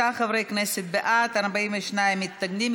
39 חברי כנסת בעד, 42 מתנגדים.